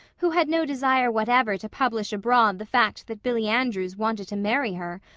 who had no desire whatever to publish abroad the fact that billy andrews wanted to marry her,